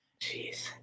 Jeez